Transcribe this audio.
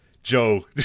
Joe